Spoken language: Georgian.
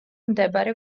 მდებარე